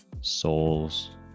souls